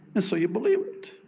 and so you believed it.